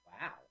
Wow